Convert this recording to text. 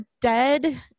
dead